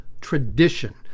tradition